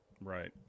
right